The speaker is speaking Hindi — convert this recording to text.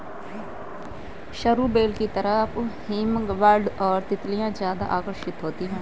सरू बेल की तरफ हमिंगबर्ड और तितलियां ज्यादा आकर्षित होती हैं